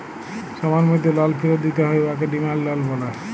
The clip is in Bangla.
সময়ের মধ্যে লল ফিরত দিতে হ্যয় উয়াকে ডিমাল্ড লল ব্যলে